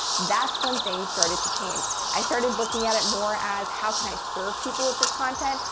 that's when things started to change. i started looking at it more as how can i serve people with this content?